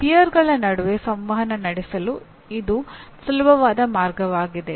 ವರಿಷ್ಠರ ನಡುವೆ ಸಂವಹನ ನಡೆಸಲು ಇದು ಸುಲಭವಾದ ಮಾರ್ಗವಾಗಿದೆ